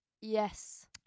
Yes